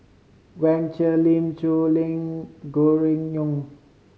Wang Sha Lim Soo Lim Ngee Gregory Yong